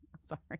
Sorry